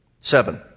seven